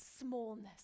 smallness